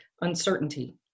uncertainty